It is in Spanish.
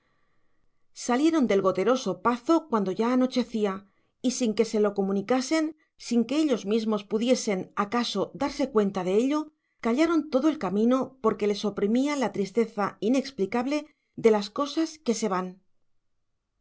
salieron del goteroso pazo cuando ya anochecía y sin que se lo comunicasen sin que ellos mismos pudiesen acaso darse cuenta de ello callaron todo el camino porque les oprimía la tristeza inexplicable de las cosas que se van